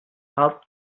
salt